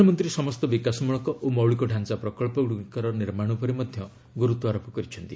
ପ୍ରଧାନମନ୍ତ୍ରୀ ସମସ୍ତ ବିକାଶମୂଳକ ଓ ମୌଳିକ ଡାଞ୍ଚା ପ୍ରକଳ୍ପଗୁଡ଼ିକର ନିର୍ମାଣ ଉପରେ ମଧ୍ୟ ଗୁରୁତ୍ୱ ଆରୋପ କରିଛନ୍ତି